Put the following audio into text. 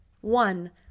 One